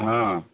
ହଁ